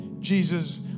Jesus